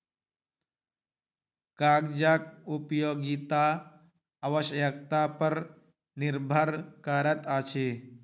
कागजक उपयोगिता आवश्यकता पर निर्भर करैत अछि